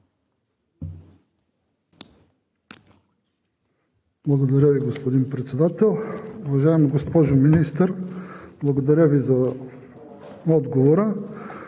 Благодаря Ви, господин Председател. Уважаема госпожо Министър, благодаря Ви за отговора,